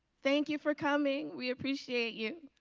thank you for coming. we appreciate you.